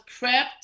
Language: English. prepped